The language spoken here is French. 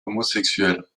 homosexuelle